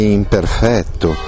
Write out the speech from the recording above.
imperfetto